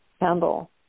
handle